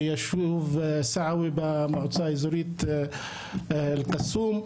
ביישוב סעווה במועצה האזורית אל-קסום,